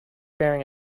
bearing